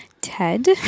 ted